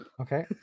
okay